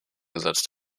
gesetzt